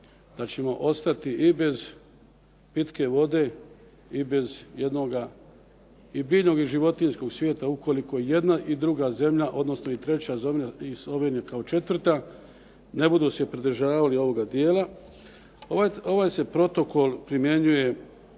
da ćemo ostati i bez pitke vode i bez jednoga i biljnog i životinjskog svijeta ukoliko i jedna i druga zemlja, odnosno i treća zemlja i s ovim i kao četvrta ne budu se pridržavali ovoga dijela. Ovaj se protokol primjenjuje